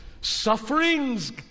sufferings